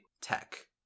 tech